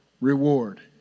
reward